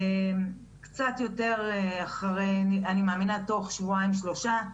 קצת יותר תוך שבועיים שלושה,